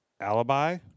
alibi